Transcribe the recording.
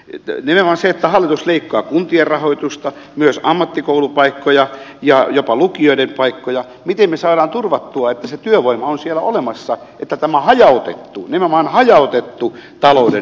nimenomaan kun hallitus leikkaa kuntien rahoitusta myös ammattikoulupaikkoja ja jopa lukioiden paikkoja miten me saamme turvattua sen että se työvoima on siellä olemassa että tämä hajautettu nimenomaan hajautettu talouden nousu saadaan